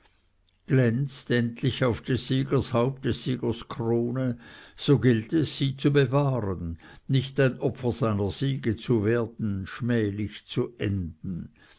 glänzt endlich auf des siegers haupt des sieges krone so gilt es sie zu bewahren nicht ein opfer seiner siege zu werden schmählich zu enden